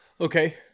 Okay